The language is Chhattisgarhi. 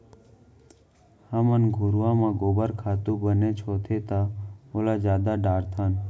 हमन घुरूवा म गोबर खातू बनेच होथे त ओइला जादा डारथन